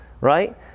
right